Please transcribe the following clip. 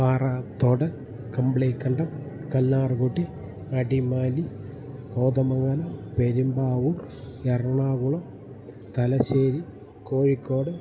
Parathode Kambilikandam Kallarkutty Adimali Kothamangalam Perumbavoor Ernakulam Thalassery Kozhikode